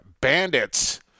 Bandits